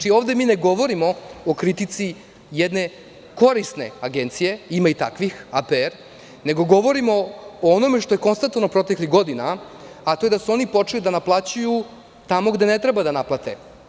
Mi ovde ne govorimo o kritici jedne korisne agencije, ima i takvih, APR, nego govorimo o onome što je konstatovano proteklih godina, a to je da su oni počeli da naplaćuju tamo gde ne treba da naplate.